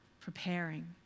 preparing